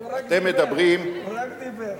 הוא רק דיבר.